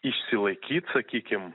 išsilaikyt sakykim